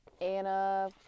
Anna